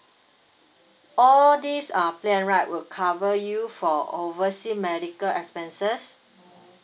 all these uh plan right will cover you for oversea medical expenses